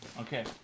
Okay